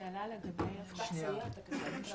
שאלת לגבי הנשים מבין הפקחים?